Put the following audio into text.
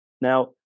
Now